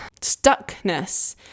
stuckness